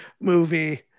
movie